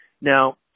Now